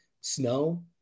Snow